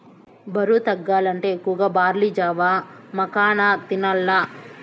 బరువు తగ్గాలంటే ఎక్కువగా బార్లీ జావ, మకాన తినాల్ల